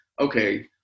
okay